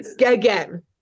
again